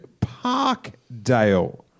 Parkdale